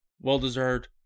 well-deserved